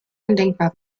undenkbar